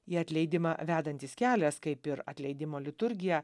į atleidimą vedantis kelias kaip ir atleidimo liturgija